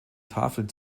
tafeln